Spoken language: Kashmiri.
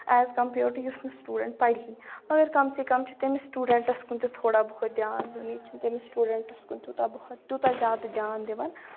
ایز کَمپیٲڈ ٹو یُس نہٕ سٹوٗڈنٛٹ پَری مگر کَم سے کم چھِ تٔمِس سٹوٗڈنٛٹَس کُن تہِ تھوڑا بہت دیان دیُٚن ییٚتہِ چھِنہٕ تٔمِس سٹوٗڈںٛٹَس کُن تیوٗتاہ بہت تیوٗتاہ زیادٕ دیان دِوان